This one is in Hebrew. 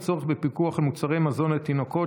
הצורך בפיקוח על מוצרי מזון לתינוקות,